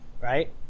Right